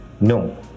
No